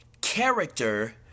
character